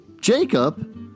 Jacob